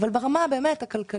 אבל ברמה הכלכלית,